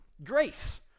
Grace